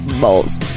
Balls